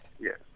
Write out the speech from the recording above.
Yes